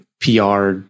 PR